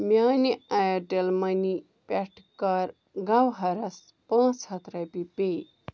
میانہِ Airtel money پٮ۪ٹھٕ کَر گَوہَرَس پانژھ ہتھ رۄپیہِ پے